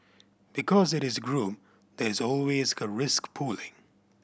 because it is group there is always a risk pooling